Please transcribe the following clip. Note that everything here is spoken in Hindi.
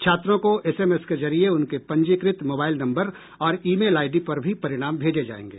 छात्रों को एस एमएस के जरिए उनके पंजीकृत मोबाइल नम्बर और ई मेल आईडी पर भी परिणाम भेजे जाएंगे